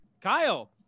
Kyle